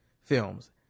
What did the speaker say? films